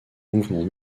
mouvement